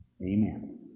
amen